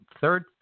third